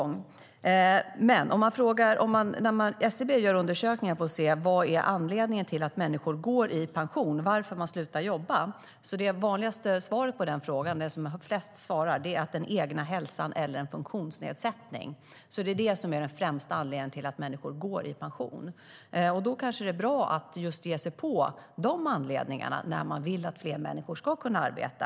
När SCB gör undersökningar för att se vad som är anledningen till att människor går i pension, varför de slutar jobba, är det vanligaste svaret den egna hälsan eller en funktionsnedsättning. Det är den främsta anledningen till att människor går i pension. Då kanske det är bra att ge sig på just de anledningarna när man vill att fler ska kunna arbeta.